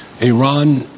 Iran